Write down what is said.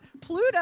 Pluto